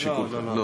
לשיקולכם.